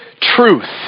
truth